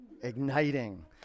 Igniting